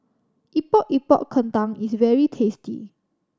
Epok Epok Kentang is very tasty